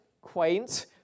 quaint